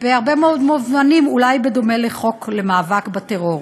בהרבה מאוד מובנים אולי בדומה לחוק המאבק בטרור.